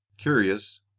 curious